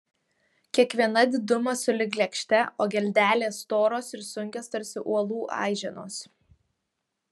kiekviena didumo sulig lėkšte o geldelės storos ir sunkios tarsi uolų aiženos